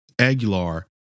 aguilar